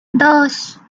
dos